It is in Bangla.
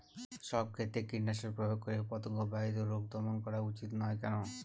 সব ক্ষেত্রে কীটনাশক প্রয়োগ করে পতঙ্গ বাহিত রোগ দমন করা উচিৎ নয় কেন?